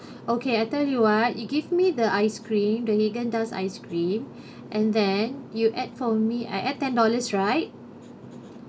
okay I tell you ah you give me the ice cream the haagen dazs ice cream and then you add for me I add ten dollars right